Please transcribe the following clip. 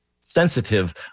sensitive